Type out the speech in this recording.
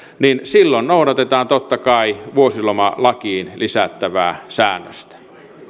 niin silloin noudatetaan totta kai vuosilomalakiin lisättävää säännöstä